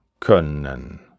können